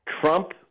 Trump